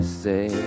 say